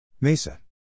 MESA